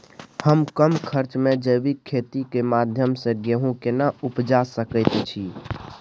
हम कम खर्च में जैविक खेती के माध्यम से गेहूं केना उपजा सकेत छी?